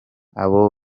abo